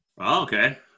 Okay